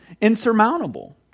insurmountable